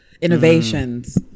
innovations